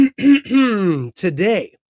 today